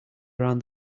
around